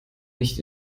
nicht